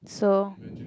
so